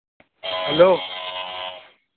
hello